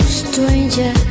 stranger